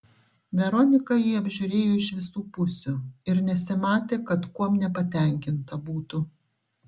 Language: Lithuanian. veronika jį apžiūrėjo iš visų pusių ir nesimatė kad kuom nepatenkinta būtų